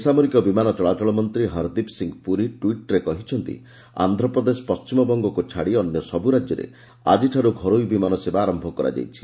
ବେସାମରିକ ବିମାନ ଚଳାଚଳ ମନ୍ତ୍ରୀ ହର୍ଦୀପ୍ ସିଂହ ପୁରୀ ଟ୍ୱିଟ୍ରେ କହିଛନ୍ତି ଆନ୍ଧ୍ରପ୍ରଦେଶ ପଣ୍ଢିମବଙ୍ଗକୁ ଛାଡ଼ି ଅନ୍ୟସବୁ ରାଜ୍ୟରେ ଆଜିଠାରୁ ଘରୋଇ ବିମାନ ସେବା ଆରୟ କରାଯାଇଛି